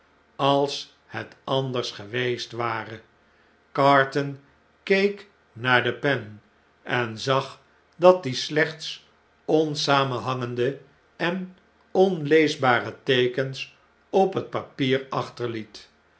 als het anders geweest ware carton keek naar de pen en zag dat die slechts onsamenhangende en onleesbare teekens op het papier achterliet